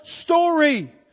story